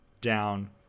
down